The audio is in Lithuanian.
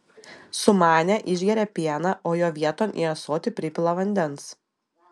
sumanę išgeria pieną o jo vieton į ąsotį pripila vandens